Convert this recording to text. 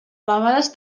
elevades